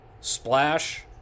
Splash